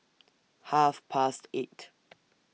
Half Past eight